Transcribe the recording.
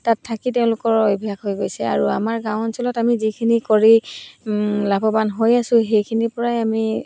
তাত থাকি তেওঁলোকৰ অভ্যাস হৈ গৈছে আৰু আমাৰ গাঁও অঞ্চলত আমি যিখিনি কৰি লাভৱান হৈ আছো সেইখিনিৰপৰাই আমি